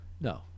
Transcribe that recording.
no